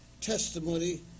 testimony